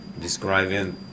describing